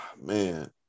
man